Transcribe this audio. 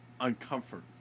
uncomfort